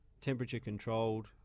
temperature-controlled